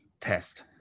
test